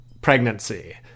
pregnancy